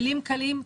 כלים קלים,